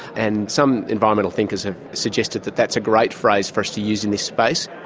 and some environmental thinkers have suggested that that's a great phrase for us to use in this space.